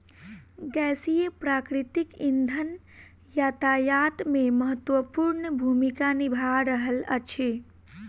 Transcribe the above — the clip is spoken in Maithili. गैसीय प्राकृतिक इंधन यातायात मे महत्वपूर्ण भूमिका निभा रहल अछि